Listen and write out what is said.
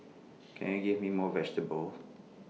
can you give me more vegetables